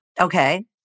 Okay